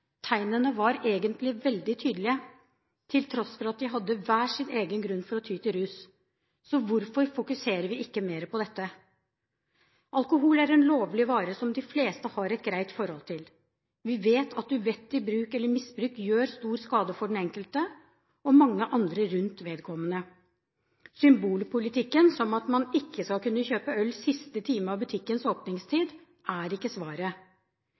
Tegnene var egentlig veldig tydelige, til tross for at de hadde hver sin grunn til å ty til rus. Så hvorfor fokuserer vi ikke mer på dette? Alkohol er en lovlig vare som de fleste har et greit forhold til. Vi vet at uvettig bruk eller misbruk gjør stor skade for den enkelte og mange andre rundt vedkommende. Symbolpolitikk som at man ikke skal kunne kjøpe øl siste time av butikkens åpningstid, er ikke svaret.